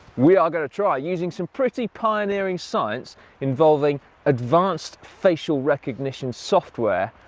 we are going to try, using some pretty pioneering science involving advanced facial recognition software.